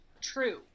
True